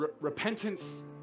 Repentance